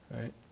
right